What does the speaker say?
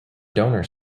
donor